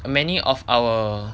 and many of our